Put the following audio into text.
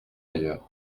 ailleurs